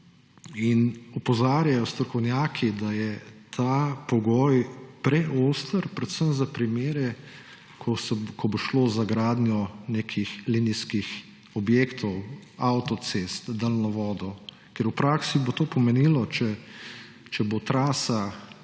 In opozarjajo strokovnjaki, da je ta pogoj preoster predvsem za primere, ko bo šlo za gradnjo nekih linijskih objektov, avtocest, daljnovodov, ker v praksi bo to pomenilo, če bo trasa,